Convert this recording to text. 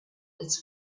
its